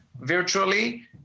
virtually